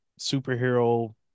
superhero